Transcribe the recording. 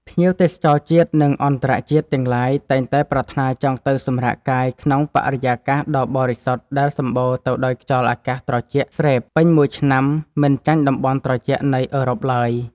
ភ្ញៀវទេសចរជាតិ និង អន្តរជាតិទាំងឡាយតែងតែប្រាថ្នាចង់ទៅសម្រាកកាយក្នុងបរិយាកាសដ៏បរិសុទ្ធដែលសម្បូរទៅដោយខ្យល់អាកាសត្រជាក់ស្រេបពេញមួយឆ្នាំមិនចាញ់តំបន់ត្រជាក់នៃអឺរ៉ុបឡើយ។